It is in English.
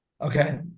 Okay